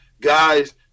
guys –